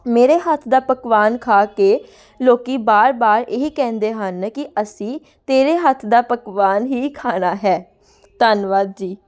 ਮੇਰੇ ਹੱਥ ਦਾ ਪਕਵਾਨ ਖਾ ਕੇ ਲੋਕ ਵਾਰ ਵਾਰ ਇਹ ਹੀ ਕਹਿੰਦੇ ਹਨ ਕਿ ਅਸੀਂ ਤੇਰੇ ਹੱਥ ਦਾ ਪਕਵਾਨ ਹੀ ਖਾਣਾ ਹੈ ਧੰਨਵਾਦ ਜੀ